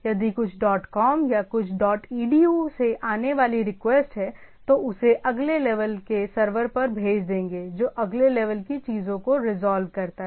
यदि कुछ dot com या कुछ डॉट ईडीयू से आने वाली रिक्वेस्ट है तो उसे अगले लेवल के सर्वर पर भेज देंगे जो अगले लेवल की चीजों को रिजॉल्व करता है